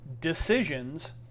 decisions